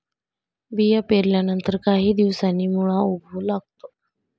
बिया पेरल्यानंतर काही दिवसांनी मुळा उगवू लागतो